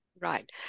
Right